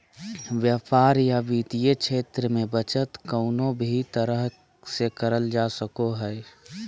व्यापार या वित्तीय क्षेत्र मे बचत कउनो भी तरह से करल जा सको हय